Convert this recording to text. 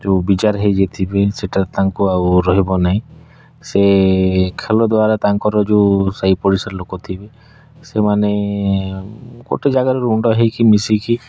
ଯେଉଁ ବିଜାର ହୋଇଯାଇଥିବେ ସେଟା ତାଙ୍କୁ ଆଉ ରହିବନାହିଁ ସେ ଖେଲ ଦ୍ଵାରା ତାଙ୍କର ଯେଉଁ ସାଇପଡ଼ିଶା ଲୋକ ଥିବେ ସେମାନେ ଗୋଟେ ଜାଗାରେ ରୁଣ୍ଡ ହୋଇକି ମିଶିକି